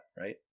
right